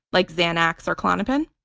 like xanax or klonopin.